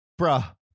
Bruh